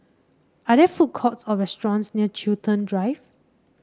are there food courts or restaurants near Chiltern Drive